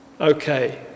Okay